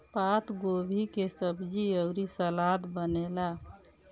पातगोभी के सब्जी अउरी सलाद बनेला